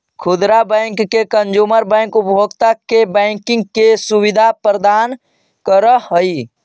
खुदरा बैंक या consumer bank उपभोक्ता के बैंकिंग के सुविधा प्रदान करऽ हइ